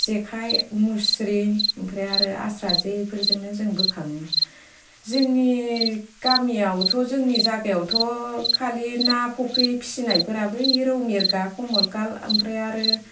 जेखाइ मुस्रि ओमफ्राय आरो आस्रा जेफोरजोंनो जों बोखाङो जोंनि गामियावथ' जोंनि जागायावथ' खालि ना फुख्रि फिसिनायफोरा बै रौ मिरका कमल काट ओमफ्राय आरो